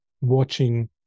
watching